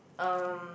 um